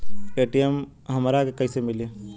ATM हमरा के कइसे मिली?